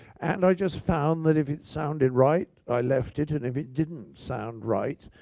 and i just found that if it sounded right, i left it. and if it didn't sound right,